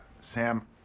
Sam